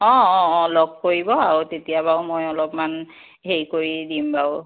অ অ অ লগ কৰিব আৰু তেতিয়া বাৰু মই অলপমান সেই কৰি দিম বাৰু